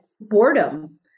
boredom